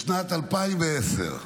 בשנת 2010,